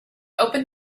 opened